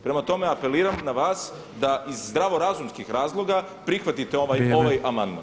Prema tome apeliram na vas da iz zdravorazumskih razloga prihvatite ovaj amandman.